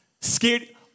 scared